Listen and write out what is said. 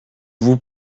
vous